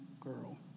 girl